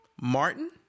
Martin